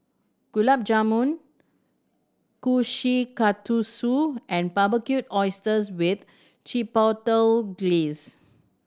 Gulab Jamun Kushikatsu and Barbecued Oysters with Chipotle Glaze